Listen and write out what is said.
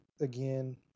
again